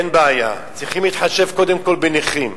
אין בעיה, צריכים להתחשב קודם כול בנכים.